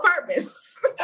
purpose